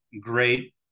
great